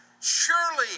Surely